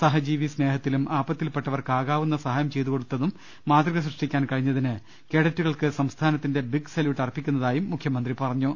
സഹജീവി സ്നേഹത്തിലും ആപത്തിൽപെട്ടവർക്ക് ആകാവുന്ന സഹായം ചെയ്തുകൊടുത്തും മാതൃക സൃഷ്ടിക്കാൻ കഴി ഞ്ഞതിന് കേഡറ്റുകൾക്ക് സംസ്ഥാനത്തിന്റെ ബിഗ് സല്യൂട്ട് അർപ്പിക്കുന്നതായും മുഖ്യമന്ത്രി ്പറഞ്ഞു